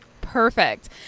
Perfect